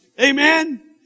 Amen